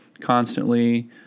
constantly